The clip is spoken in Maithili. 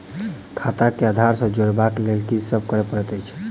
खाता केँ आधार सँ जोड़ेबाक लेल की सब करै पड़तै अछि?